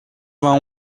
vingt